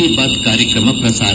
key Baat ಕಾರ್ಯಕ್ರಮ ಪ್ರಸಾರ